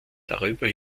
darüber